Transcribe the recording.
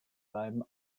bleiben